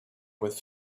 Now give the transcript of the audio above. with